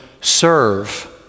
serve